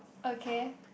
okay